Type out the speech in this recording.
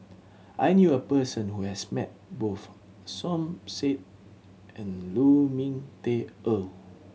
I knew a person who has met both Som Said and Lu Ming Teh Earl